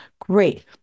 Great